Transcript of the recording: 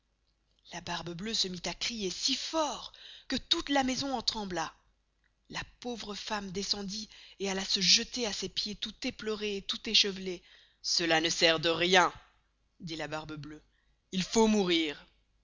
la barbe bleuë se mit à crier si fort que toute la maison en trembla la pauvre femme descendit et alla se jetter à ses pieds toute épleurée et toute échevelée cela ne sert de rien dit la barbe bleuë il faut mourir